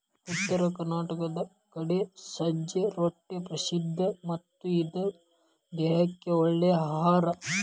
ಉತ್ತರ ಕರ್ನಾಟಕದ ಕಡೆ ಸಜ್ಜೆ ರೊಟ್ಟಿ ಪ್ರಸಿದ್ಧ ಮತ್ತ ಇದು ದೇಹಕ್ಕ ಒಳ್ಳೇ ಅಹಾರಾ